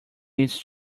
needs